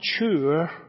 mature